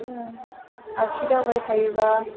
ओ आखिदावबाय थायोब्ला